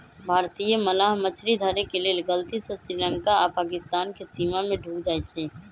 भारतीय मलाह मछरी धरे के लेल गलती से श्रीलंका आऽ पाकिस्तानके सीमा में ढुक जाइ छइ